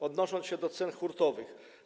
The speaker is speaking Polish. Odniosę się do cen hurtowych.